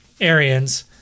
Arians